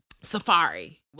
Safari